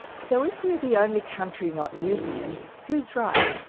so if we are the only country not using it, who's right,